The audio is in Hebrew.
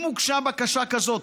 אם הוגשה בקשה כזו,